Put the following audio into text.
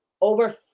Over